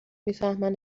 میفهمن